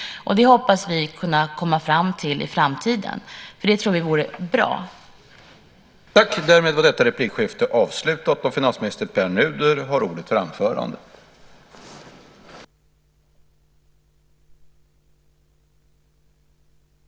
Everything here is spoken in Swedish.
Det hoppas vi kunna komma fram till i framtiden, för vi tror att det vore bra.